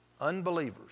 unbelievers